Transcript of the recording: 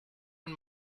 und